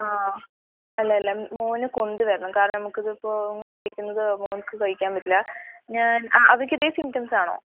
ആ അല്ല അല്ല മോന് കൊണ്ട് വരണം കാരണം നമുക്കിത് ഇപ്പോൾ നിങ്ങള് കഴിക്കുന്നത് മോൻക്ക് കഴിക്കാൻ പറ്റില്ല ഞാൻ അവർക്ക് ഇതേ സിംപ്റ്റംപ്സ് ആണോ